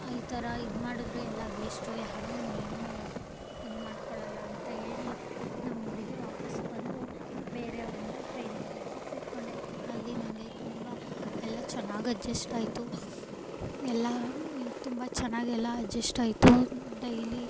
ಈ ಥರ ಇದು ಮಾಡಿದ್ರೆ ಎಲ್ಲ ವೇಷ್ಟು ಯಾರೂ ಏನೂ ಇದು ಮಾಡ್ಕೊಳಲ್ಲ ಅಂತ ಹೇಳಿ ನಮ್ಮೂರಿಗೆ ವಾಪಸ್ ಬಂದು ಬೇರೆ ಒಂದು ಟ್ರೈನಿಂಗ್ ಕ್ಲಾಸಿಗೆ ಸೇರಿಕೊಂಡೆ ಅಲ್ಲಿ ನನಗೆ ತುಂಬ ಎಲ್ಲ ಚೆನ್ನಾಗಿ ಅಡ್ಜಸ್ಟ್ ಆಯಿತು ಎಲ್ಲ ನಿನಗ್ ತುಂಬ ಚೆನ್ನಾಗಿ ಅಡ್ಜಸ್ಟ್ ಆಯಿತು ಡೈಲಿ